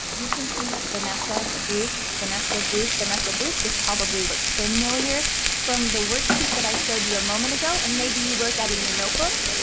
you can see vanessa, bruce, vanessa, bruce, vanessa, bruce. this probably looks familiar from the worksheet i showed you a moment ago, and maybe you wrote that in your notebook.